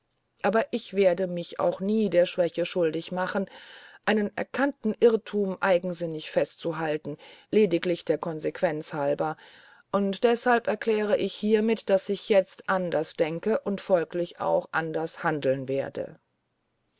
aber ich werde mich auch nie der schwäche schuldig machen einen erkannten irrtum eigensinnig festzuhalten lediglich der konsequenz halber und deshalb erkläre ich hiermit daß ich jetzt anders denke und folglich auch anders handeln werde